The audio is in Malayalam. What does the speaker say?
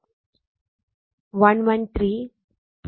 അതിനാൽ ഇത് i1 113